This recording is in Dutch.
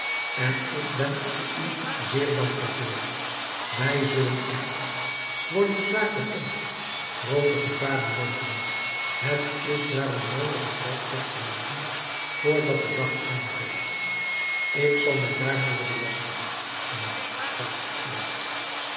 en ik ben er u zeer dankbaar voor wij zullen echter wordt de zaak bekend groote gevaren loopen het is daarom noodig het lijk weg te maken vr dat de dag aanbreekt ik zal mij daarmede belasten neen sprak